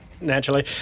naturally